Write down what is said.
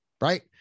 right